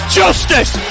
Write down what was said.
justice